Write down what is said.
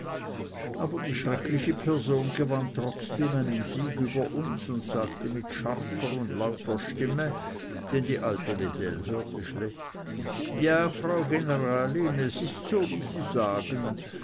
aber die schreckliche person gewann trotzdem einen sieg über uns und sagte mit scharfer und lauter stimme denn die alte wedell hörte schlecht ja frau generalin es ist so wie sie sagen